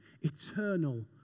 eternal